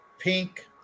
pink